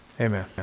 Amen